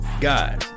guys